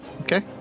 Okay